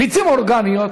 "ביצים אורגניות".